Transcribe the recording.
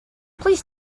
please